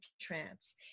trance